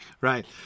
right